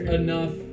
enough